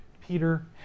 Peter